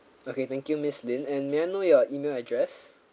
okay thank you miss Lin and may I know your email address